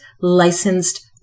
licensed